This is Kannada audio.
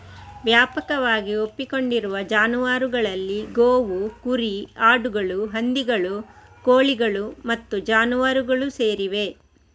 ವ್ಯಾಪಕವಾಗಿ ಒಪ್ಪಿಕೊಂಡಿರುವ ಜಾನುವಾರುಗಳಲ್ಲಿ ಗೋವು, ಕುರಿ, ಆಡುಗಳು, ಹಂದಿಗಳು, ಕೋಳಿಗಳು ಮತ್ತು ಜಾನುವಾರುಗಳು ಸೇರಿವೆ